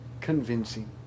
convincing